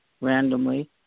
randomly